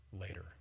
later